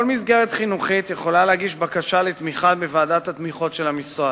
כל מסגרת חינוכית יכולה להגיש בקשה לתמיכה בוועדת התמיכות של המשרד.